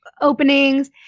openings